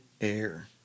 air